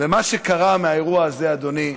ומה שקרה באירוע הזה, אדוני,